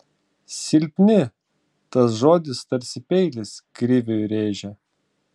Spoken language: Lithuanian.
silpni tas žodis tarsi peilis kriviui rėžė